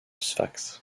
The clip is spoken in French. sfax